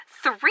Three